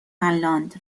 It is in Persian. فنلاند